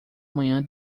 manhã